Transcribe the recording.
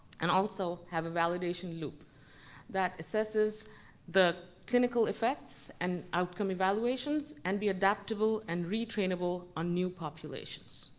and also have a validation loop that assesses the clinical effects and outcome evaluations and be adaptable and retrainable on new populations.